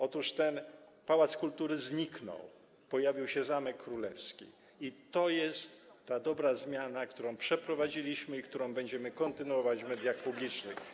Otóż ten pałac kultury zniknął, pojawił się Zamek Królewski i to jest ta dobra zmiana, którą przeprowadziliśmy i którą będziemy kontynuować w mediach publicznych.